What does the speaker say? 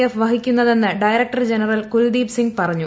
F വഹിക്കുന്നതെന്ന് director general Kuldeep Singh പറഞ്ഞു